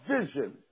vision